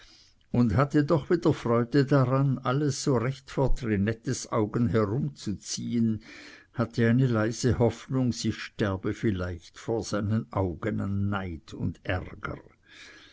und hatte doch wieder freude daran alles so recht vor trinettes augen herumzuziehen hatte eine leise hoffnung sie sterbe vielleicht vor seinen augen an neid und ärger